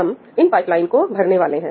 हम इन पाइपलाइन को भरने वाले हैं